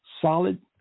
solid